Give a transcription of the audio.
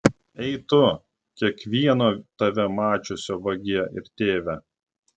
ei tu kiekvieno tave mačiusio vagie ir tėve